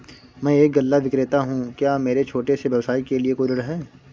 मैं एक गल्ला विक्रेता हूँ क्या मेरे छोटे से व्यवसाय के लिए कोई ऋण है?